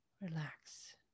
relax